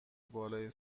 بالای